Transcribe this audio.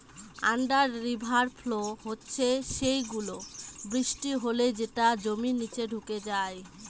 under river flow হচ্ছে সেই গুলো, বৃষ্টি হলে যেটা জমির নিচে ঢুকে যায়